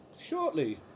shortly